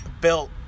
built